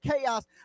chaos